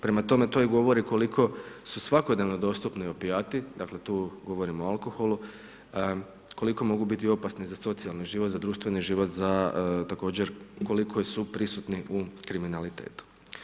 Prema tome to i govorili koliko su svakodnevno dostupni opijati, dakle tu govorimo o alkoholu, koliko mogu biti opasni za socijalni život, za društveni život, za, također koliko su prisutni u kriminalitetu.